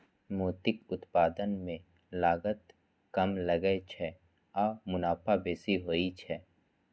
मोतीक उत्पादन मे लागत कम लागै छै आ मुनाफा बेसी होइ छै